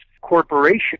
Corporation